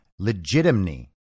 Legitimny